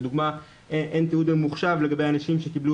לדוגמה אין תיעוד ממוחשב לגבי אנשים שקיבלו